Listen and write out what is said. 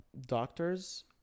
Doctors